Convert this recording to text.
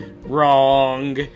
wrong